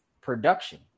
production